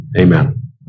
Amen